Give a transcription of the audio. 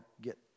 get